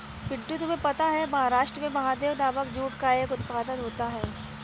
पिंटू तुम्हें पता है महाराष्ट्र में महादेव नामक जूट का उत्पादन होता है